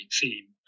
theme